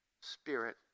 spirit